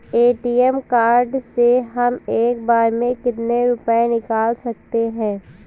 ATM card से हम एक बार में कितने रुपये निकाल सकते हैं?